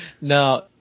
Now